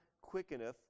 quickeneth